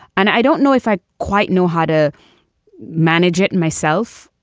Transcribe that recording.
and i don't know if i quite know how to manage it and myself,